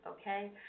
Okay